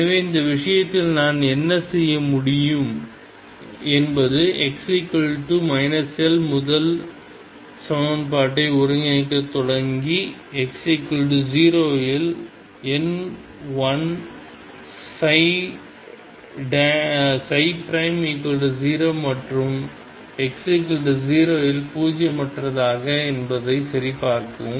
எனவே இந்த விஷயத்தில் நான் என்ன செய்ய முடியும் என்பது x L முதல் சமன்பாட்டை ஒருங்கிணைக்கத் தொடங்கி x0 இல் எண் 10 மற்றும் x0 இல் பூஜ்ஜியமற்றதா என்பதைச் சரிபார்க்கவும்